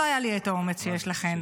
לא היה לי את האומץ שיש לכן.